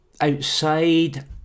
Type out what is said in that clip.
outside